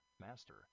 Master